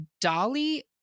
Dolly